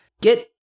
get